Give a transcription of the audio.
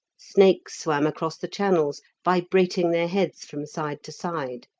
snakes swam across the channels, vibrating their heads from side to side.